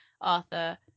Arthur